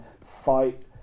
fight